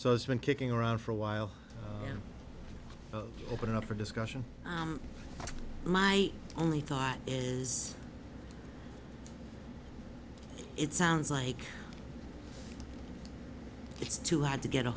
so it's been kicking around for a while but up for discussion my only thought is it sounds like it's too hard to get a